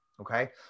okay